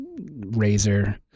razor